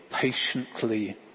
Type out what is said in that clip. patiently